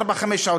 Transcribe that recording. ארבע-חמש שעות,